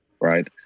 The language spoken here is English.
right